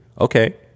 Okay